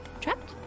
trapped